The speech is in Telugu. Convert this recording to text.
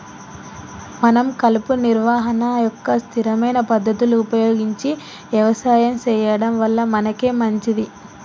మనం కలుపు నిర్వహణ యొక్క స్థిరమైన పద్ధతులు ఉపయోగించి యవసాయం సెయ్యడం వల్ల మనకే మంచింది